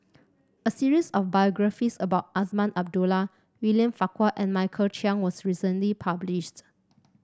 a series of biographies about Azman Abdullah William Farquhar and Michael Chiang was recently published